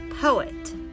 poet